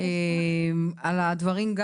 על הדברים שלך,